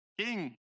King